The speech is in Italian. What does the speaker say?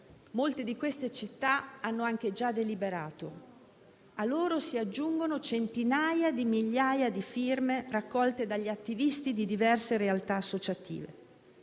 Molte di queste città hanno anche già deliberato. A loro si aggiungono centinaia di migliaia di firme raccolte dagli attivisti di diverse realtà associative